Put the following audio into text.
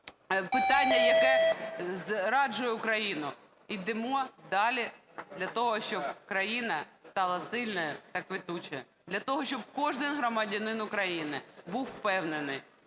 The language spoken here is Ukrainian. питання, яке зраджує Україну. Ідемо далі для того, щоб країна стала сильною та квітучою. Для того, щоб кожен громадянин України був впевнений,